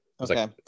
Okay